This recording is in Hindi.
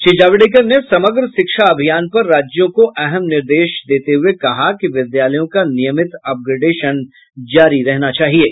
श्री जावड़ेकर ने समग्र शिक्षा अभियान पर राज्यों को अहम निर्देश देते हुये कहा कि विद्यालयों का नियमित अपग्रेडेशन जारी रहना चाहिये